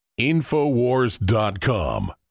InfoWars.com